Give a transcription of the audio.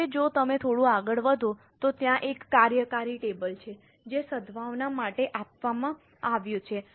હવે જો તમે થોડું આગળ વધો તો ત્યાં એક કાર્યકારી ટેબલ છે જે સદ્ભાવના માટે આપવામાં આવ્યું છે